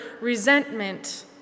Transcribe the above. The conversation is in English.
resentment